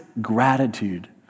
gratitude